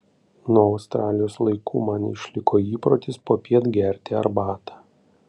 nuo australijos laikų man išliko įprotis popiet gerti arbatą